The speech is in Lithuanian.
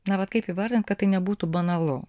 na vat kaip įvardint kad tai nebūtų banalu